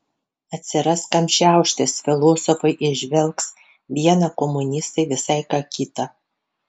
atsiras kam šiauštis filosofai įžvelgs viena komunistai visai ką kita